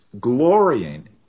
glorying